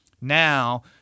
Now